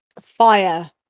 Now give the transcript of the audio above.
Fire